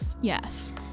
yes